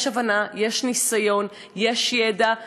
יש הבנה, יש ניסיון, יש ידע.